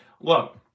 Look